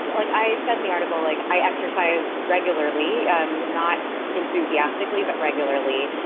like, i said in the article, like, i exercise regularly, um not enthusiastically but regularly.